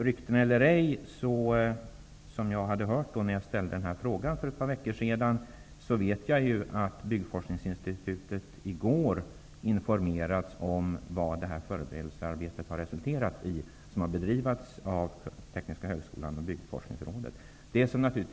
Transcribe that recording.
Rykten eller ej -- sådana hade jag hört när jag ställde frågan för ett par veckor sedan -- vet jag att Byggforskningsinstitutet i går informerats om vad det förberedelsearbete som har bedrivits av Tekniska högskolan och Byggforskningsrådet har resulterat i.